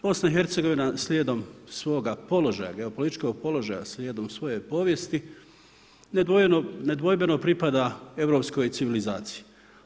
BiH slijedom svoga položaja, geopolitičkog položaja, slijedom svoje povijesti, nedvojbeno pripada europskoj civilizaciji.